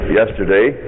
yesterday